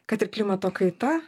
kad ir klimato kaita